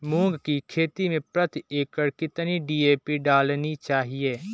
मूंग की खेती में प्रति एकड़ कितनी डी.ए.पी डालनी चाहिए?